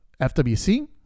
FWC